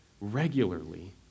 regularly